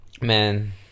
man